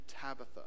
Tabitha